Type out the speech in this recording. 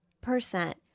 percent